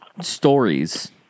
stories